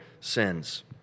sins